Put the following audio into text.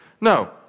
No